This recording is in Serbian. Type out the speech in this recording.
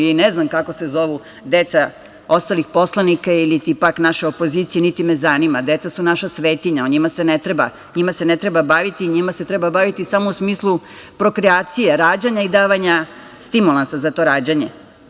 Ja ni ne znam kako se zovu deca ostalih poslanika ili, pak naša opozicija, niti me zanima, deca su naša svetinja, o njima se ne treba baviti, njima se treba baviti samo u smislu prokreacije, rađanja i davanja stimulansa za to rađanje.